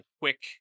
quick